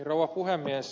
rouva puhemies